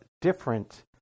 different